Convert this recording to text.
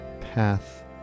path